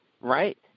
right